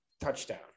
touchdown